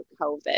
COVID